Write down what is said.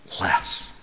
less